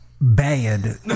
bad